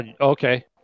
Okay